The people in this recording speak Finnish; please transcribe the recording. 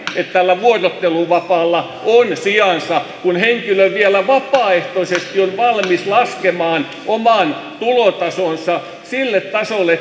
että tällä vuorotteluvapaalla on sijansa kun henkilö vielä vapaaehtoisesti on valmis laskemaan oman tulotasonsa sille tasolle että